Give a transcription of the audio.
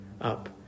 up